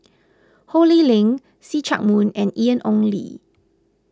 Ho Lee Ling See Chak Mun and Ian Ong Li